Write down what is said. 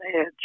edge